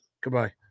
Goodbye